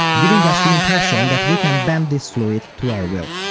giving us the impression that we can bend this fluid to our will!